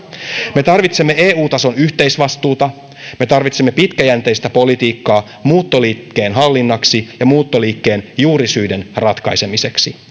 me tarvitsemme eu tason yhteisvastuuta me tarvitsemme pitkäjänteistä politiikkaa muuttoliikkeen hallitsemiseksi ja muuttoliikkeen juurisyiden ratkaisemiseksi